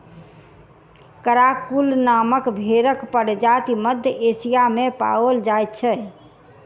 Karakul नामक भेंड़क प्रजाति मध्य एशिया मे पाओल जाइत छै